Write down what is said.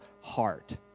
heart